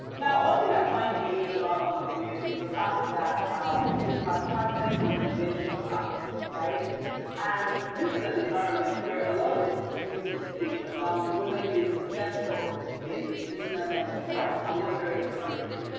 now, one thing i find unique about all of you is the fact that you have charted unconventional paths. and this is an environment where a lot of the statistics we see around women being successful in business and in work are not very encouraging.